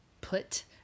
put